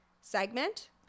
segment